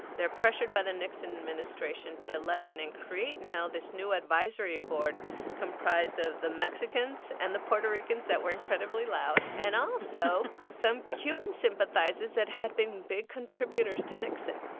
they're pressured by the nixon administration to let in and create now this new advisory board comprised of the mexicans and the puerto ricans that were incredibly loud, and also some cuban sympathizers that had been big contributors to nixon.